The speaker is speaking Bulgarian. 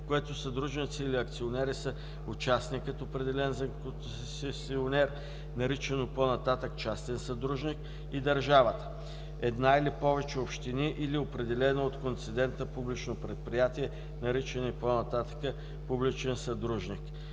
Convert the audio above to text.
в което съдружници или акционери са участникът, определен за концесионер, наричано по-нататък „частен съдружник“ и държавата, една или повече общини или определено от концедента публично предприятие, наричани по-нататък „публичен съдружник“.